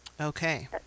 Okay